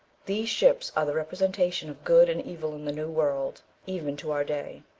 these ships are the representation of good and evil in the new world, even to our day.